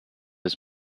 his